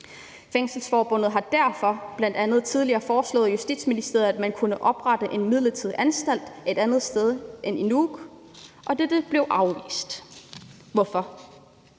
Fængselsforbundet har derfor bl.a. tidligere foreslået Justitsministeriet, at man kunne oprette en midlertidig anstalt et andet sted end i Nuuk, men dette blev afvist. Hvorfor?